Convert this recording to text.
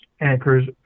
anchors